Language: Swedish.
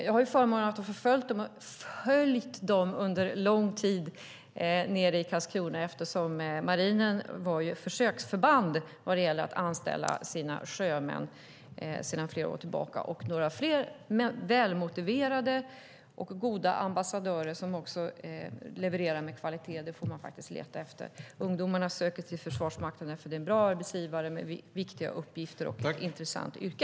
Jag har förmånen att ha följt dem under lång tid nere i Karlskrona eftersom marinen ju var försöksförband vad gäller att anställa sina sjömän sedan flera år tillbaka. Några mer välmotiverade och goda ambassadörer som också levererar med kvalitet får man faktiskt leta efter. Ungdomar söker sig till Försvarsmakten därför att det är en bra arbetsgivare med viktiga uppgifter och för att det är ett intressant yrke.